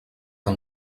del